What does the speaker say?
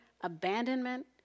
abandonment